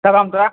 कल हम तोरा